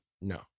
no